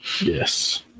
yes